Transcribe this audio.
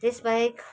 त्यस बाहेक